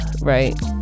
right